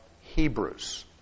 Hebrews